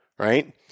Right